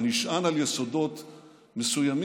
אתה נשען על יסודות מסוימים,